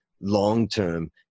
long-term